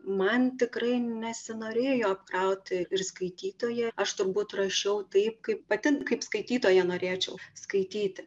man tikrai nesinorėjo apkrauti ir skaitytoją aš turbūt rašiau taip kaip pati kaip skaitytoja norėčiau skaityti